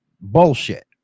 bullshit